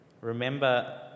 Remember